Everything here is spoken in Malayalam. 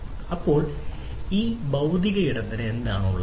അപ്പോൾ ഈ ഭൌതിക ഇടത്തിന് എന്താണ് ഉള്ളത്